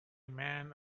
man